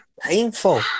painful